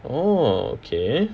oh okay